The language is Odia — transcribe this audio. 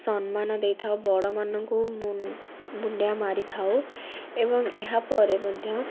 ସମ୍ମାନ ଦେଇଥାଉ ବଡ଼ମାନଙ୍କୁ ମୁଣ୍ଡିଆ ମାରିଥାଉ ଏବଂ ଏହାପରେ ମଧ୍ୟ